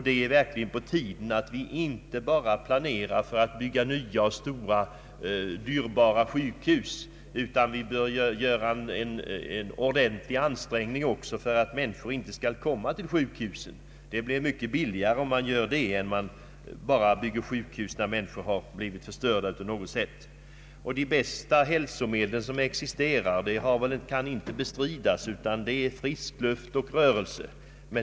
Det är verkligen på tiden att vi inte bara planerar och bygger stora och dyrbara sjukhus utan också ordentligt anstränger oss för att människor inte skall hamna på sjukhus. Det blir mycket billigare än att bara ta hand om människor som fått sin hälsa förstörd. De bästa hälsomedel som existerar — det kan inte bestridas — är frisk luft och rörelse.